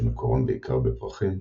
שמקורם בעיקר בפרחים,